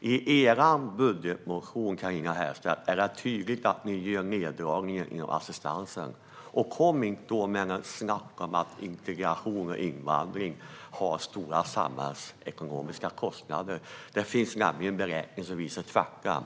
I er budgetmotion, Carina Herrstedt, är det tydligt att ni gör neddragningar inom assistansen. Kom inte med något snack om att integration och invandring har stora samhällsekonomiska kostnader! Det finns nämligen beräkningar som visar att det är tvärtom.